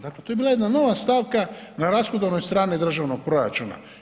Dakle to je bila jedna nova stavka na rashodovnoj strani državnog proračuna.